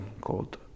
called